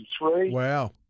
Wow